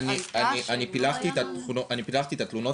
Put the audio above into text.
אני פתחתי את התלונות,